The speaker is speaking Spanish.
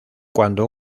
cuando